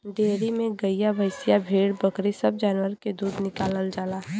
dairy में गइया भईंसिया भेड़ बकरी सब जानवर के दूध निकालल जाला